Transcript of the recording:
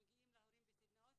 מגיעים להורים בסדנאות,